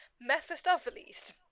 Mephistopheles